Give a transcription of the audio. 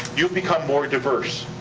you've become more diverse